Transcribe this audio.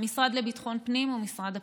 המשרד לביטחון הפנים ומשרד הפנים.